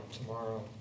tomorrow